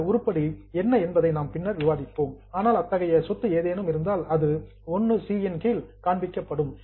இந்த ஐட்டம் உருப்படி என்ன என்பதை நாம் பின்னர் விவாதிப்போம் ஆனால் அத்தகைய சொத்து ஏதேனும் இருந்தால் அது 1 இன் கீழ் காண்பிக்கப்படும்